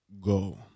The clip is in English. go